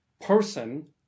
person